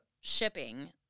shipping